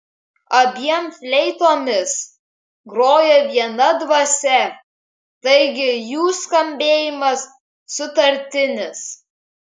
abiem fleitomis grojo viena dvasia taigi jų skambėjimas sutartinis